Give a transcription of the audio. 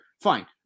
fine